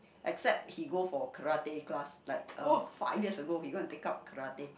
except he go for karate class like uh five years ago he go and take up karate